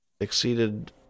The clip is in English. exceeded